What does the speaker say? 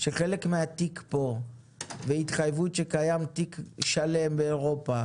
שחלק מהתיק פה והתחייבות שקיים תיק שלם באירופה